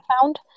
found